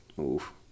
Oof